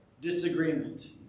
disagreement